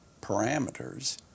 parameters